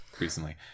recently